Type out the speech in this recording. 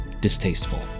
distasteful